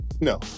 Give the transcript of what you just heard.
No